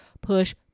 Push